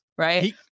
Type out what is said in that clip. Right